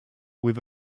with